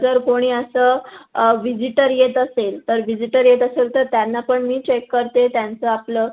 जर कोणी असं व्हिजीटर येत असेल तर व्हिजीटर येत असेल तर त्यांना पण मी चेक करते त्यांचं आपलं